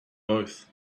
both